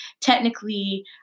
technically